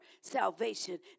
salvation